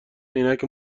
عینک